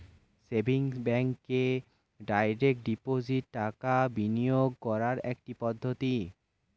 savings ব্যাঙ্কে direct deposit টাকা বিনিয়োগ করার একটি পদ্ধতি